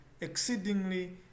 exceedingly